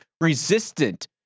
resistant